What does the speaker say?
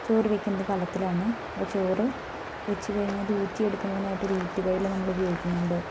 ചോറ് വെക്കുന്നത് കലത്തിലാണ് അപ്പം ചോറ് വച്ച് കഴിഞ്ഞാൽ അതൂത് ഊറ്റിയെടുക്കുന്നതിനായിട്ടൊരു ഊറ്റുകയില് നമ്മൾ ഉപയോഗിക്കുന്നുണ്ട്